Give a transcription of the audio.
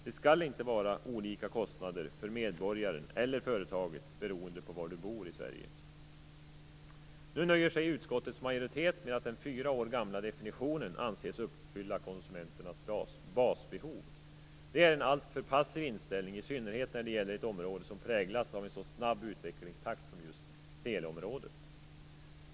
Det skall inte vara olika kostnader för medborgaren eller företaget beroende på var i Sverige man bor. Nu nöjer sig utskottets majoritet med att säga att den fyra år gamla definitionen anses uppfylla konsumenternas basbehov. Det är en alltför passiv inställning, i synnerhet när det gäller ett område som präglas av en så snabb utvecklingstakt som just teleområdet gör.